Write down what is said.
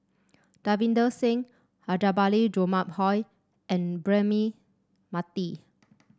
Davinder Singh Rajabali Jumabhoy and Braema Mathi